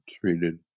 treated